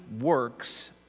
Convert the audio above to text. works